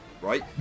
right